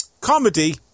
comedy